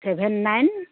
seven nine